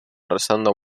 rezando